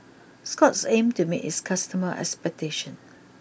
Scott's aim to meet its customers' expectation